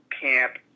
camp